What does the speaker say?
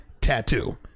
tattoo